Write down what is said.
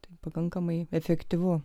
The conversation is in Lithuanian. tai pakankamai efektyvu